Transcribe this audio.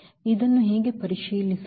ಇದನ್ನು ಹೇಗೆ ಪರಿಶೀಲಿಸುವುದು